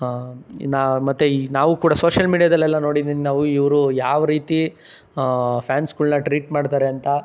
ನಾ ಮತ್ತೆ ಈ ನಾವು ಕೂಡ ಸೋಶಿಯಲ್ ಮೀಡಿಯಾದಲೆಲ್ಲ ನೋಡಿದ್ದೀನಿ ನಾವು ಇವರು ಯಾವ ರೀತಿ ಫ್ಯಾನ್ಸ್ಗಳನ್ನ ಟ್ರೀಟ್ ಮಾಡ್ತಾರೆ ಅಂತ